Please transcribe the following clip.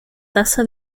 taza